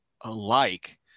alike